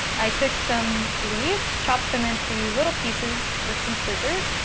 i took some leaves, chopped them into little pieces with some scissors,